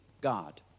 God